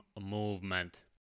movement